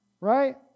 right